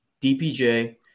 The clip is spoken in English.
DPJ